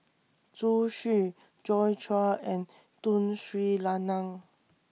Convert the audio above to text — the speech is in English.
Zhu Xu Joi Chua and Tun Sri Lanang